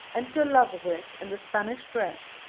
enter lovewit in the spanish dress,